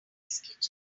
sketches